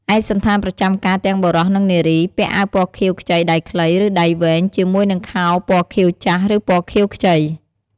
ឯកសណ្ឋានប្រចាំការ ទាំងបុរស និងនារី ពាក់អាវពណ៌ខៀវខ្ចីដៃខ្លី ឬដៃវែង ជាមួយនឹងខោពណ៌ខៀវចាស់ ឬពណ៌ខៀវខ្ចី។